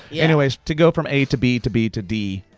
yeah anyways, to go from a to b to b to d,